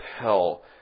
hell